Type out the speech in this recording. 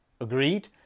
Agreed